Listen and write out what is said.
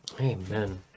Amen